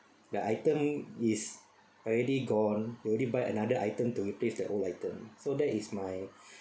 the item is already gone they only buy another item to replace the old item so that is my